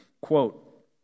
quote